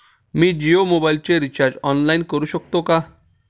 मी जियो मोबाइलचे recharge online करू शकते का?